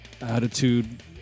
attitude